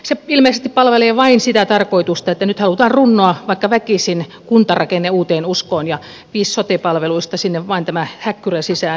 se ilmeisesti palvelee vain sitä tarkoitusta että nyt halutaan runnoa vaikka väkisin kuntarakenne uuteen uskoon ja viis sote palveluista sinne vain tämän häkkyrän sisään